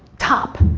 top.